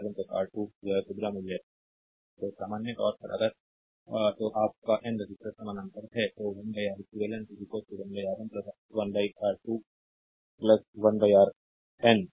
slide time देखें 3014 तो सामान्य तौर पर अगर तो आप का N रेसिस्टर्स समानांतर में हैं तो 1 R eq 1 R1 1 R2 1 1 Rn तक